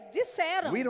disseram